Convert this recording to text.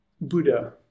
Buddha